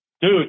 dude